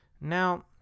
Now